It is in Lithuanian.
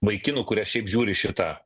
vaikinų kurie šiaip žiūri šitą